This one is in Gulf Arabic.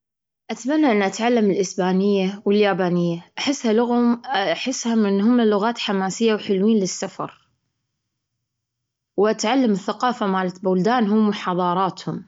أتمنى أني أتعلم الإسبانية واليابانية، أحسها لغه-أحسها من هم لغات حماسية وحلوين للسفر، وأتعلم الثقافة مالت بلدانهم وحضاراتهم.